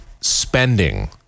spending